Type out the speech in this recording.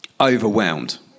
overwhelmed